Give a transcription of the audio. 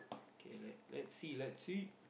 k let~ let's see let's see